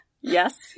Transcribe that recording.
yes